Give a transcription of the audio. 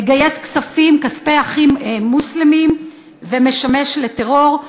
מגייס כספי "אחים מוסלמים" המשמשים לטרור.